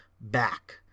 back